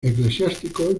eclesiásticos